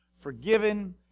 forgiven